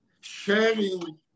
sharing